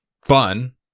fun